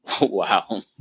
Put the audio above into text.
Wow